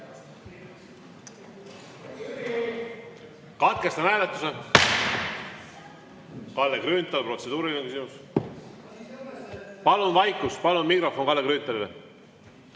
Katkestan hääletuse. Kalle Grünthal, protseduuriline küsimus. Palun vaikust! Palun mikrofon Kalle Grünthalile.